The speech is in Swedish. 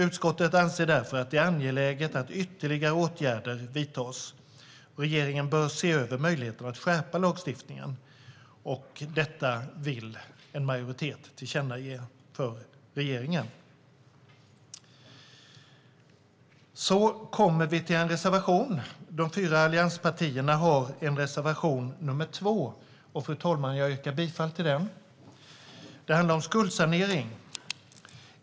Utskottet anser därför att det är angeläget att ytterligare åtgärder vidtas. Regeringen bör se över möjligheten att skärpa lagstiftningen. Detta vill en majoritet tillkännage för regeringen. Vi kommer nu till en reservation - de fyra allianspartiernas reservation nr 2. Jag yrkar bifall till den, fru talman. Den handlar om skuldsanering.